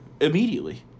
immediately